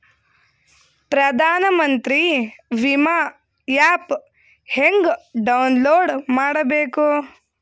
ಪ್ರಧಾನಮಂತ್ರಿ ವಿಮಾ ಆ್ಯಪ್ ಹೆಂಗ ಡೌನ್ಲೋಡ್ ಮಾಡಬೇಕು?